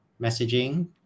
messaging